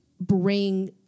bring